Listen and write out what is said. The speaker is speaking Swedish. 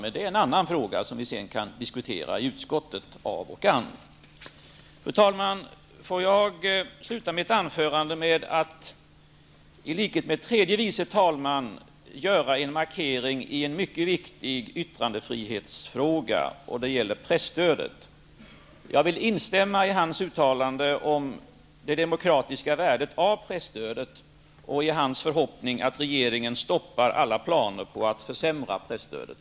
Men det är en annan fråga, som vi sedan av och an kan diskutera i utskottet. Fru talman! Låt mig sluta mitt anförande med att i likhet med tredje vice talman Bertil Fiskesjö göra en markering i en mycket viktig yttrandefrihetsfråga. Det gäller presstödet. Jag vill instämma i tredje vice talmannens uttalande om det demokratiska värdet av presstödet och i hans förhoppning att regeringen stoppar alla planer på att försämra presstödet.